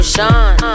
Sean